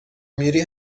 میری